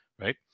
right